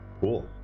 Cool